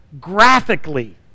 graphically